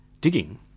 digging